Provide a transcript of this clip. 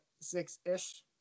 six-ish